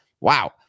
Wow